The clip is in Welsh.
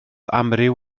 amryw